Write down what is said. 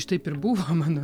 šitaip ir buvo mano